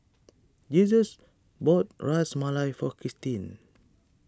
Jesus bought Ras Malai for Kristine